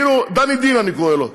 כאילו, דנידין אני קורא לו.